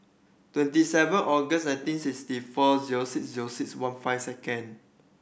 twenty seven August nineteen sixty four zero six zero six one five second